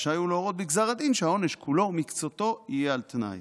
רשאי הוא להורות בגזר הדין שהעונש כולו או מקצתו יהיה על תנאי.